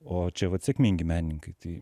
o čia vat sėkmingi menininkai tai